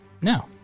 now